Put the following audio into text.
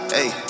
Hey